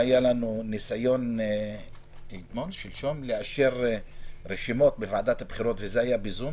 שלשום היה לנו ניסיון לאשר רשימות בוועדות הבחירות בזום,